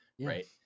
Right